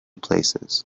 places